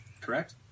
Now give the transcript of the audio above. correct